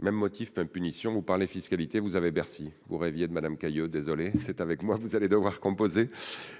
même motif, même punition : vous parlez fiscalité, vous avez Bercy ; vous rêviez de Mme Cayeux, c'est avec moi que vous allez devoir composer.